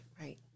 Right